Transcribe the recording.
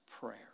prayer